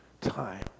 Time